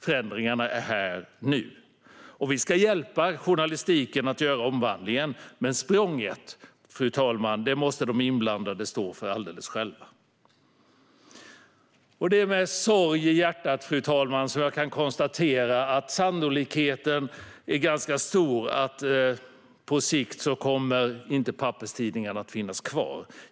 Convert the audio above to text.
Förändringarna är här nu. Och vi ska hjälpa journalistiken att göra omvandlingen, men språnget, fru talman, måste de inblandade stå för alldeles själva. Det är med sorg i hjärtat, fru talman, som jag kan konstatera att sannolikheten är ganska stor att papperstidningarna på sikt inte kommer att finnas kvar.